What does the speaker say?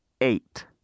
Eight